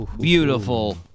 Beautiful